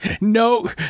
no